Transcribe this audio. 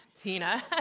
Tina